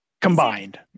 combined